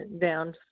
down